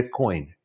Bitcoin